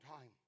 time